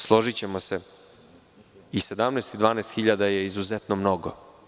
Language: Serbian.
Složićemo se i 17.000 i 12.000 je izuzetno mnogo.